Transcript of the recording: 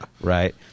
Right